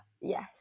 yes